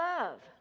love